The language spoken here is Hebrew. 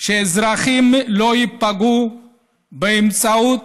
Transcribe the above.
שאזרחים לא ייפגעו באמצעות